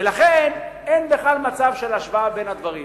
לכן אין בכלל מצב של השוואה בין הדברים.